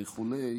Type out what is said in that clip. וכו'.